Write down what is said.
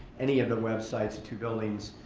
any of the websites, the two buildings